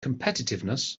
competitiveness